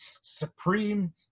supreme